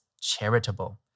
charitable